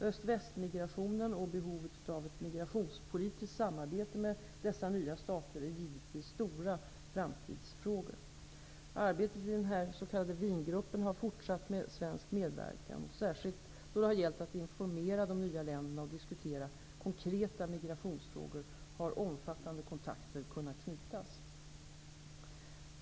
Öst-väst-migrationen och behovet av ett migrationspolitiskt samarbete med dessa nya stater är givetvis stora framtidsfrågor. Arbetet i denna s.k. Wien-grupp har fortsatt med svensk medverkan. Särskilt då det gällt att informera de nya länderna och diskutera konkreta migrationsfrågor har omfattande kontakter kunnat knytas.